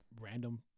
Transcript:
random